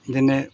যেনে